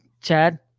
Chad